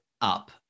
up